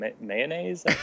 mayonnaise